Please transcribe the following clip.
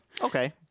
Okay